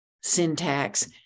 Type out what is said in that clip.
syntax